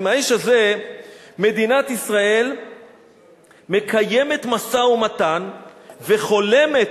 עם האיש הזה מדינת ישראל מקיימת משא-ומתן וחולמת,